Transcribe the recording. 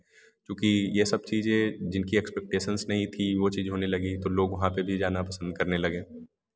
क्योंकि यह सब चीजें जिनकी एक्स्पेकटेसेंस नहीं थी वह चीज़ होने लगी तो लोग वहाँ पर भी जाना पसंद करने लगे